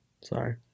Sorry